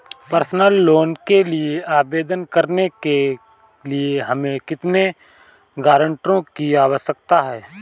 Personal loan के लिए आवेदन करने के लिए हमें कितने गारंटरों की आवश्यकता है?